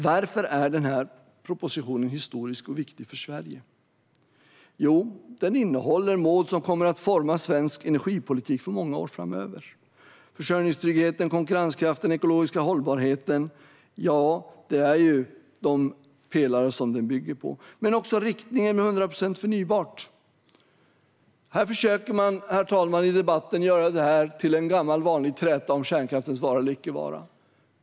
Varför är denna proposition historisk och viktig för Sverige? Jo, det är den för att den innehåller mål som kommer att forma svensk energipolitik många år framöver. Försörjningstryggheten, konkurrenskraften och den ekologiska hållbarheten är de pelare som den bygger på, men också riktningen med 100 procent förnybar elproduktion. Herr talman! Man försöker här i debatten göra detta till en gammal vanlig träta om kärnkraftens vara eller icke vara.